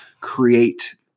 create